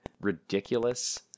ridiculous